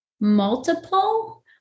multiple